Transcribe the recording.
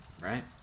right